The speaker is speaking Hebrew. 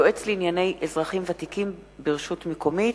(יועץ לענייני אזרחים ותיקים ברשות מקומית),